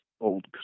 old